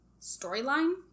storyline